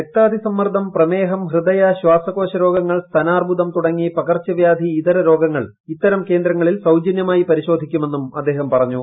രക്താതിസമ്മർദ്ദം പ്രമേഹം ഹൃദയ ശ്വാസുക്കോൾ രോഗങ്ങൾ സ്തനാർബുധം തുടങ്ങി പകർച്ചാ വ്യാധി ഇതര രോഗ്ങ്ങൾ ഇത്തരം കേന്ദ്രങ്ങളിൽ സൌജന്യമായി പരിശോധിക്കുമെന്നും അദ്ദേഹം പറഞ്ഞു